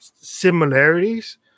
similarities